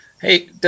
hey